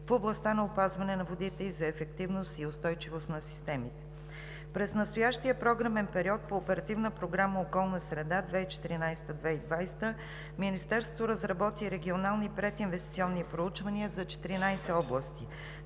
в областта на опазване на водите, и за ефективност и устойчивост на системите. През настоящия програмен период по Оперативна програма „Околна среда 2014 – 2020“, Министерството разработи регионални прединвестиционни проучвания за 14 области: